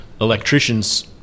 electrician's –